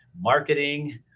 marketing